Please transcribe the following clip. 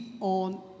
on